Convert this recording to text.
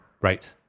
Right